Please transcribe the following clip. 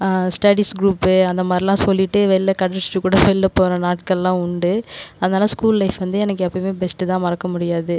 studies group அந்தமாதிரிலாம் சொல்லிட்டு வெளில கட் அடிச்சிட்டு கூட வெளில போகிற நாட்கள்லாம் உண்டு அதனால ஸ்கூல் லைஃப் வந்து எனக்கு எப்பவுமே பெஸ்ட் தான் மறக்க முடியாது